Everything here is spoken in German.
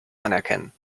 anerkennen